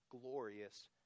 glorious